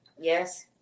Yes